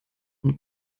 und